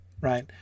Right